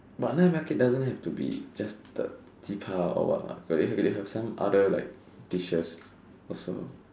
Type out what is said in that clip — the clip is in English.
but night market doesn't have to be just the ji pa or what what it have like some other dishes also